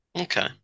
okay